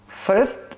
First